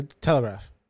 Telegraph